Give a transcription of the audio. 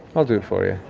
i'll do it for you.